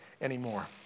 anymore